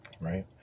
right